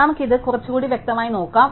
നമുക്ക് ഇത് കുറച്ചുകൂടി വ്യക്തമായി നോക്കാം